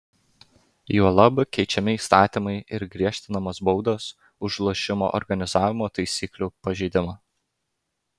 juolab keičiami įstatymai ir griežtinamos baudos už lošimo organizavimo taisyklių pažeidimą